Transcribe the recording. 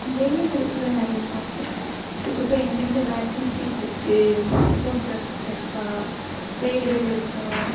வேலை வாய்ப்புகள் நிறைய பார்ப்போம் எப்பப்போ எங்கெங்க வேக்கன்ஸிஸ் இருக்குது போஸ்ட் ஆஃபிஸ்ல இருக்கா ரயில்வேலை இருக்கா